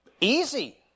easy